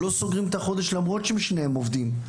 שלא סוגרים את החודש למרות שהם שניהם עובדים.